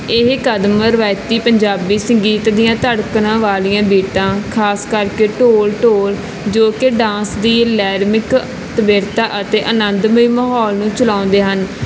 ਇਹ ਕਦਮ ਰਵਾਇਤੀ ਪੰਜਾਬੀ ਸੰਗੀਤ ਦੀਆਂ ਧੜਕਣਾਂ ਵਾਲੀਆਂ ਬੀਟਾਂ ਖਾਸ ਕਰਕੇ ਢੋਲ ਢੋਲ ਜੋ ਕਿ ਡਾਂਸ ਦੀ ਲੈਰਮਿਕ ਤੀਬਰਤਾ ਅਤੇ ਅਨੰਦਮਈ ਮਾਹੌਲ ਨੂੰ ਚਲਾਉਂਦੇ ਹਨ